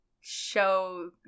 show